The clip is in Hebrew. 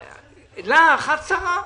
לך, את השרה,